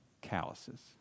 Calluses